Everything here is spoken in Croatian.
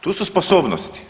Tu su sposobnosti.